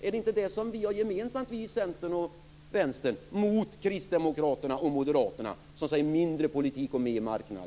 Är det inte detta som vi i Centern och Vänstern har gemensamt till skillnad från kristdemokraterna och moderaterna som säger: mindre politik och mer marknad?